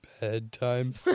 Bedtime